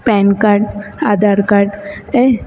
pen card Aadhaar card ऐं